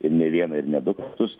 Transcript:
ir ne vieną ir ne du kartus